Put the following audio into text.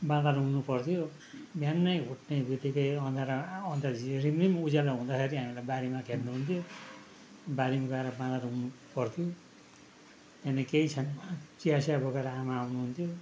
बाँदर रुँग्नु पर्थ्यो बिहानै उठ्ने बितिकै अँध्यारो आ अन्दाजी रिमरिम उज्यालो हुँदाखेरि हामीलाई बारीमा खेद्नु हुन्थ्यो बारीमा गएर बाँदर रुँग्नु पर्थ्यो त्यहाँदेखि केही छैन चियासिया बोकेर आमा आउनु हुन्थ्यो